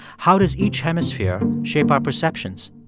how does each hemisphere shape our perceptions?